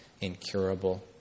incurable